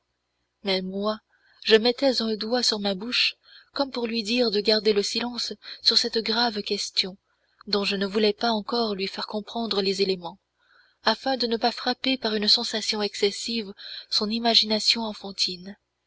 mais moi je mettais un doigt sur ma bouche comme pour lui dire de garder le silence sur cette grave question dont je ne voulais pas encore lui faire comprendre les éléments afin de ne pas frapper par une sensation excessive son imagination enfantine